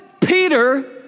Peter